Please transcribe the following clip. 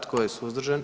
Tko je suzdržan?